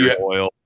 oil